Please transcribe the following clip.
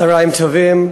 צהריים טובים.